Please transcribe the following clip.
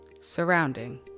surrounding